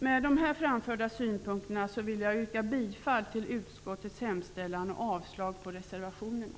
Med de här framförda synpunkterna vill jag yrka bifall till utskottets hemställan och avslag på reservationerna.